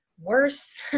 worse